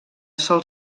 sol